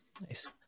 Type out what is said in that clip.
Nice